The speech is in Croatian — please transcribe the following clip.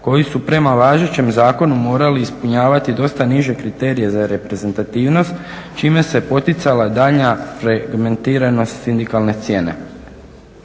koji su prema važećem zakonu morali ispunjavati dosta niže kriterije za reprezentativnost čime se poticala daljnja fragmentiranost sindikalne cijene.